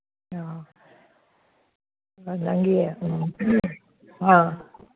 ꯑꯣ ꯑꯣ ꯅꯪꯒꯤ ꯑ